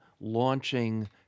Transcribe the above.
launching